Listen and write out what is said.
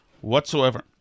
whatsoever